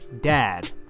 dad